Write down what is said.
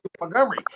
Montgomery